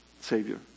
Savior